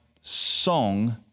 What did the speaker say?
song